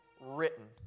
written